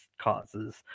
causes